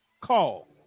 call